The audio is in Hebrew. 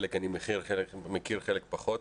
חלק אני מכיר, חלק פחות.